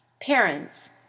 Parents